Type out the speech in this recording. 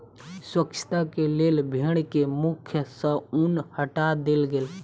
स्वच्छता के लेल भेड़ के मुख सॅ ऊन हटा देल गेल